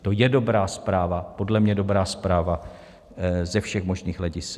To je dobrá zpráva, podle mě dobrá zpráva ze všech možných hledisek.